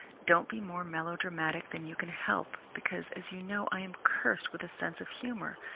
don't be more melodramatic than you can help because, as you know, i am cursed with a sense of humour,